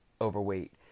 overweight